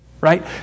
Right